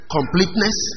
Completeness